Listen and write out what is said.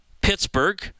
Pittsburgh